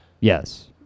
yes